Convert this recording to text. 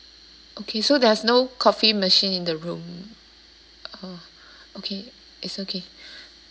okay so there's no coffee machine in the room oh okay it's okay